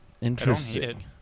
Interesting